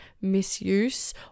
misuse